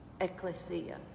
ecclesia